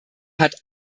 hat